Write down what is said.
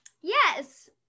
yes